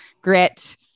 grit